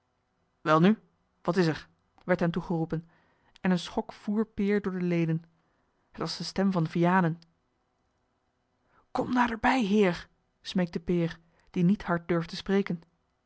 welnu wat is er werd hem toegeroepen en een schok voer peer door de leden t was de stem van vianen kom naderbij heer smeekte peer die niet hard durfde spreken